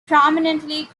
prominently